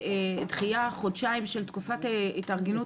בדחייה בחודשיים של תקופת ההתארגנות.